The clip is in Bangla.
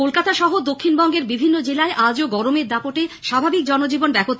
কলকাতা সহ দক্ষিণবঙ্গের বিভিন্ন জেলায় আজও গরমের দাপটে স্বাভাবিক জনজীবন ব্যহত